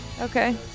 Okay